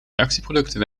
reactieproducten